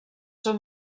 són